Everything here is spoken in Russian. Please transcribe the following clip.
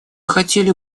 хотели